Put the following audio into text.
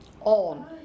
on